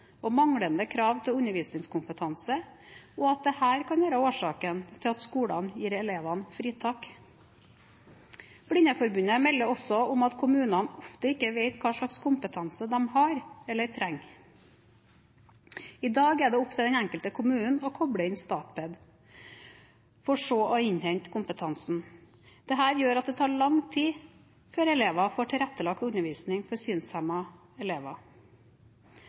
og manglende krav til undervisningskompetanse, og at dette kan være årsaken til at skolene gir elevene fritak. Blindeforbundet melder også om at kommunene ofte ikke vet hva slags kompetanse de har, eller trenger. I dag er det opp til den enkelte kommune å koble inn Statped, for så å innhente kompetansen. Dette gjør at det tar lang tid før elever får tilrettelagt undervisning for synshemmede elever.